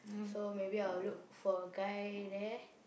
so maybe I will look for a guy there